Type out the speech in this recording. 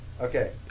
okay